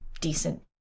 decent